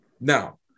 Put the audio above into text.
Now